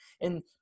And-